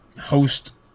host